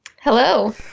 Hello